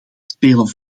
spelen